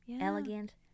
elegant